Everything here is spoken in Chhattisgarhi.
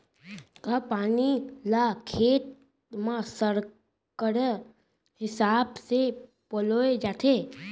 का पानी ला खेत म इक्कड़ हिसाब से पलोय जाथे?